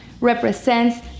represents